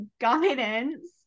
guidance